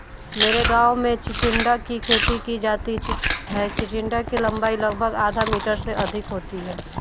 मेरे गांव में चिचिण्डा की खेती की जाती है चिचिण्डा की लंबाई लगभग आधा मीटर से अधिक होती है